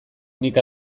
nik